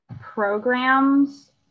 programs